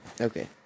okay